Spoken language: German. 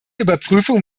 überprüfung